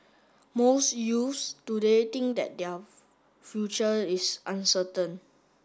most youths today think that their future is uncertain